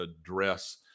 address